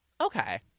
Okay